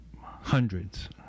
hundreds